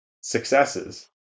successes